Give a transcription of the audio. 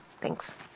thanks